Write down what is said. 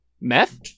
Meth